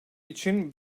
için